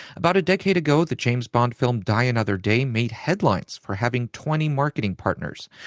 about a decade ago, the james bond film die another day made headlines for having twenty marketing partners.